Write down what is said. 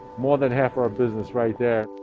more than half our business right there